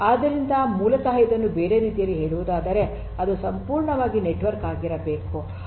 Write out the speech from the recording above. ಆದ್ದರಿಂದ ಮೂಲತಃ ಇದನ್ನು ಬೇರೆ ರೀತಿಯಲ್ಲಿ ಹೇಳುವುದಾದರೆ ಅದು ಸಂಪೂರ್ಣವಾಗಿ ನೆಟ್ವರ್ಕ್ ಆಗಿರಬೇಕು